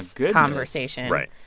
this conversation. right.